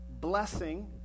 blessing